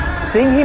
sin